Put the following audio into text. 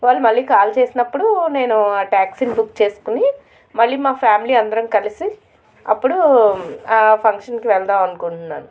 వాళ్ళు మళ్ళీ కాల్ చేసినప్పుడు నేను ఆ టాక్సీని బుక్ చేసుకొని మళ్ళీ మా ఫ్యామిలీ అందరం కలిసి అప్పుడు ఆ ఫంక్షన్కి వెళదాము అనుకుంటున్నాను